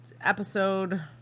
Episode